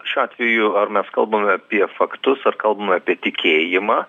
šiuo atveju ar mes kalbam apie faktus ar kalbam apie tikėjimą